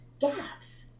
Gaps